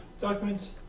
documents